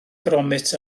gromit